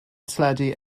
teledu